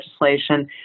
legislation